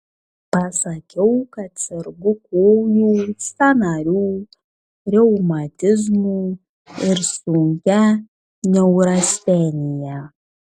pasakiau kad sergu kojų sąnarių reumatizmu ir sunkia neurastenija